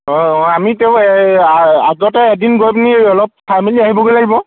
অঁ অঁ আমি তেওঁ আগতে এদিন গৈ পিনি অলপ চাই মেলি আহিবগৈ লাগিব